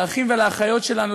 לאחים ולאחיות שלנו,